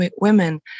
women